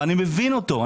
אני מבין אותו.